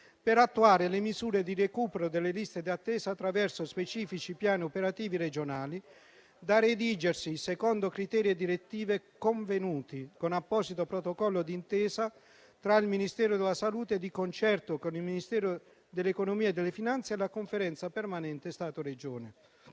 per attuare le misure di recupero delle liste d'attesa attraverso specifici piani operativi regionali, da redigersi secondo criteri e direttive convenuti con apposito protocollo d'intesa tra il Ministero della salute di concerto con il Ministero dell'economia e delle finanze e la Conferenza permanente Stato-Regioni.